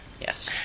Yes